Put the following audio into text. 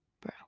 Bro